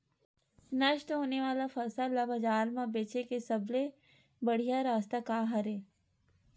नष्ट होने वाला फसल ला बाजार मा बेचे के सबले बढ़िया रास्ता का हरे?